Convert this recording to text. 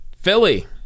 Philly